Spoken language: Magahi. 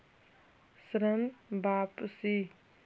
ऋण वापसी?